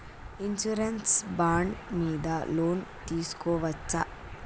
Insurance bond మీద loan తీస్కొవచ్చా?